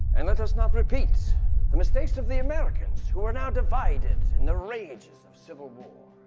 and let us not repeat the mistakes of the americans who are now divided in the rages of civil war.